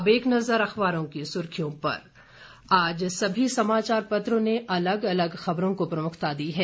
अब एक नजर अखबारों की सुर्खियों पर आज सभी समाचार पत्रों ने अलग अलग खबरों को प्रमुखता दी है